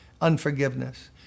unforgiveness